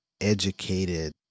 educated